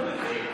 לא מבין.